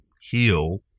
heal